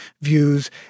views